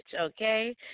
okay